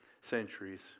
centuries